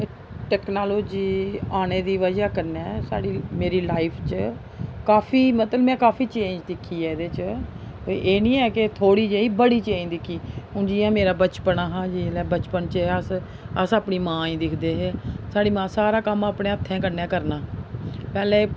technology आने दी वजह् कन्नै साढ़ी मेरी लाईफ च काफी मतलब में काफी चेंज दिक्खी ऐ एह्दे च कोई एह् नी ऐ कि थोह्ड़ी जेही बड़ी चेंज दिक्खी हून जियां मेरा बचपन हा जेल्लै बचपन च हे अस अस अपनी मां गी दिखदे हे साढ़ी मां सारा कम्म अपने हत्थें कन्नै करना पैह्ले